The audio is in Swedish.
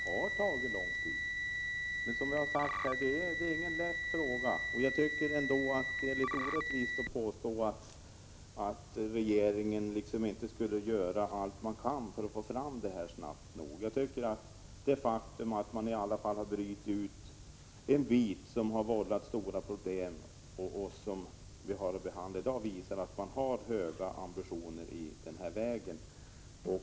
Herr talman! Jag förstår otåligheten i frågan att få fram entydiga regler beträffande arbetsgivaravgifterna. Den här frågan har tagit lång tid att behandla. Men det är inte heller, som jag sade tidigare, en lätt fråga. Det är litet orättvist att påstå att regeringen inte gör vad den kan för att så snabbt som möjligt skapa nya regler. Det faktum att man har brutit ut en viss del av frågekomplexet, som har vållat stora problem och som vi har att behandla i dag, visar att man har höga ambitioner på detta område.